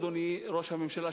אדוני ראש הממשלה,